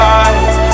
eyes